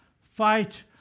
fight